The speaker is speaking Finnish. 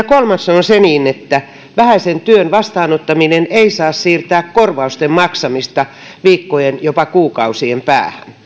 kolmas on se että vähäisen työn vastaanottaminen ei saa siirtää korvausten maksamista viikkojen jopa kuukausien päähän